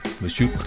monsieur